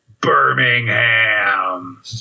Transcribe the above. Birmingham